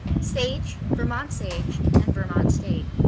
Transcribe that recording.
sage, vermont sage and vermont state